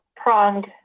pronged